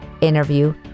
interview